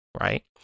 right